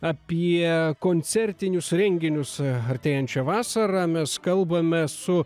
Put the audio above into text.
apie koncertinius renginius artėjančią vasarą mes kalbame su